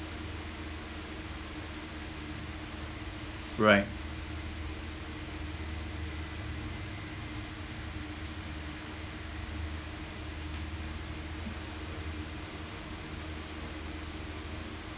right